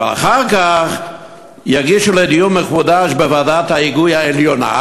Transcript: אבל אחר כך יגישו לדיון מחודש בוועדת ההיגוי העליונה,